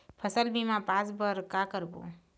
फसल बीमा पास बर का करबो?